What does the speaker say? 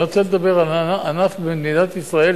אני רוצה לדבר על ענף במדינת ישראל,